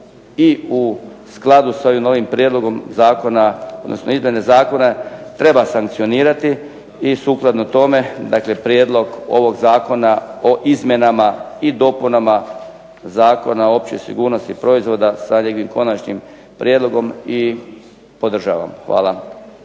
i u skladu s ovim novim prijedlogom zakona, odnosno izmjene zakona treba sankcionirati i sukladno tome dakle Prijedlog ovog zakona o izmjenama i dopunama zakona o općoj sigurnosti proizvoda, sa konačnim prijedlogom, i podržavam. Hvala.